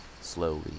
slowly